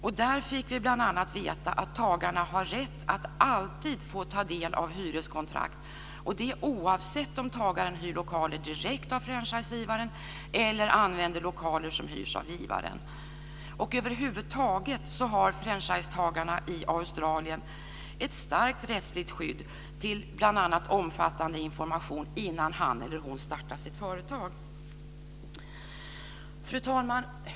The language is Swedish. Då fick vi bl.a. veta att tagarna har rätt att alltid få ta del av hyreskontrakt; detta oavsett om tagaren hyr lokaler direkt av franchisegivaren eller använder lokaler som hyrs av givaren. Över huvud taget har franchisetagarna i Australien ett starkt rättsligt skydd, bl.a. när det gäller omfattande information, innan han eller hon startar sitt företag. Fru talman!